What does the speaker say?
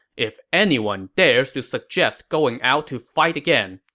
if anyone dares to suggest going out to fight again,